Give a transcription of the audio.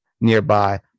nearby